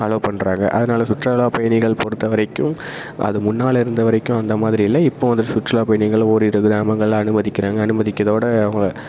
allow பண்ணுறாங்க அதனால் சுற்றுலா பயணிகள் பொருத்தவரைக்கும் அது முன்னால் இருந்தவரைக்கும் அந்தமாதிரி இல்லை இப்போ வந்து சுற்றுலா பயணிகள் ஓரிரு கிராமங்கள்ல அனுமதிக்கிறாங்க அனுமதிக்கிறதோட அவங்க